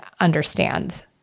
understand